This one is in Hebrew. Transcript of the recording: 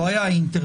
לא היה אינטרנט,